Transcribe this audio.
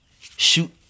shoot